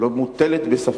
לא מוטלת בספק.